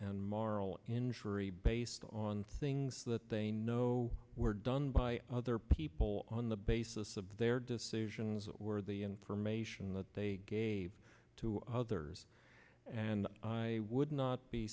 and marl injury based on things that they know were done by other people on the basis of their decisions that were the information that they gave to others and i would not be